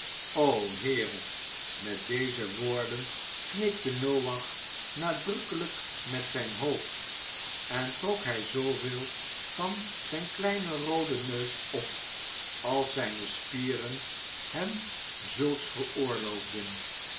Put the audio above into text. o heere met deze woorden knikte noach nadrukkelijk met zijn hoofd en trok hij zooveel van zijn kleinen rooden neus op als zijne spieren hem zulks veroorloofden